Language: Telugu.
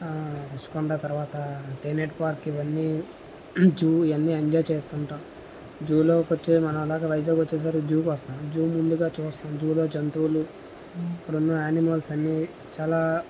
రుషికొండ తర్వాత తేనేటి పార్క్ ఇవన్నీ చూ ఇవన్నీ ఎంజాయ్ చేస్తుంటాం జూలో కొచ్చి మనం అలాగ వైజాగ్ వచ్చాక జూకు వస్తాము జూ ముందుగా చూస్తాం జూలో జంతువులు అక్కడున్న ఆనిమల్స్ అన్నీ చాలా